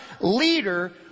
leader